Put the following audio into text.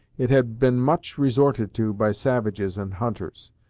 it had been much resorted to by savages and hunters,